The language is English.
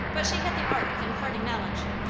but she had the art of imparting knowledge,